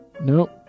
Nope